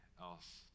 else